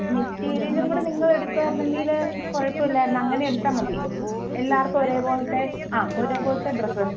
മെറ്റീരിയലും കൂടെ നിങ്ങൾ എടുക്കുകയായിരുന്നെങ്കിൽ കുഴപ്പം ഇല്ലായിരുന്നു അങ്ങനെ എടുത്താൽ മതി എല്ലാവർക്കും ഒരേ പോലത്തെ ആ ഒരേ പോലത്തെ ഡ്രസ്സ്